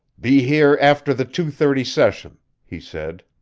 be here after the two-thirty session, he said.